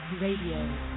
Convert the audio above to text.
Radio